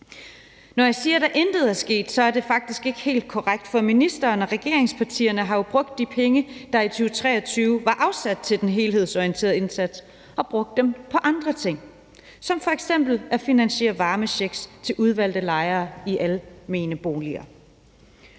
Når jeg siger, at der intet er sket, er det faktisk ikke helt korrekt, for ministeren og regeringspartierne har jo brugt de penge, der i 2023 var afsat til den helhedsorienterede indsats, på andre ting som f.eks. at finansiere varmechecks til udvalgte lejere i almene boliger.